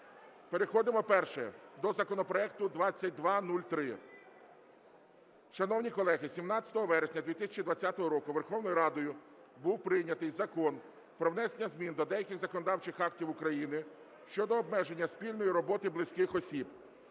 Переходимо, перше, до законопроекту 2203. Шановні колеги, 17 вересня 2020 року Верховною Радою був прийнятий Закон про внесення змін до деяких законодавчих актів України щодо обмеження спільної роботи близьких осіб.